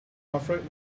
afraid